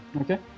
Okay